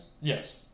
Yes